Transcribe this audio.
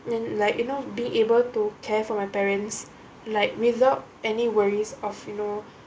then like you know being able to care for my parents like without any worries of you know